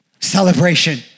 Celebration